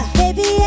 baby